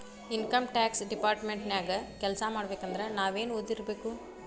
Income tax department ನ್ಯಾಗ್ ಕೆಲ್ಸಾಮಾಡ್ಬೇಕಂದ್ರ ನಾವೇನ್ ಒದಿರ್ಬೇಕು?